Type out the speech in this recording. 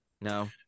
No